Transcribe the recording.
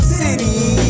city